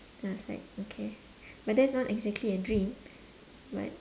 then was like okay but that's not exactly a dream but